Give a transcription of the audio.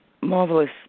marvelous